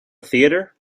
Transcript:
theater